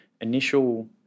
initial